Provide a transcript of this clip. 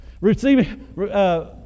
receiving